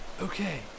Okay